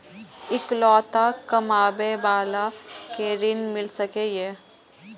इकलोता कमाबे बाला के ऋण मिल सके ये?